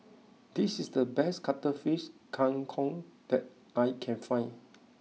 this is the best cuttlefish Kang Kong that I can find